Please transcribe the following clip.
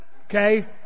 Okay